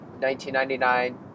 1999